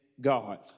God